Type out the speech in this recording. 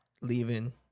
Leaving